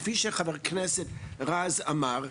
כפי שחה"כ רז אמר,